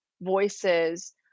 voices